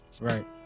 Right